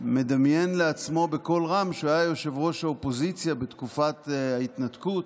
מדמיין לעצמו בקול רם שהוא היה ראש האופוזיציה בתקופת ההתנתקות,